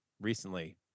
recently